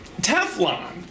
Teflon